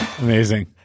Amazing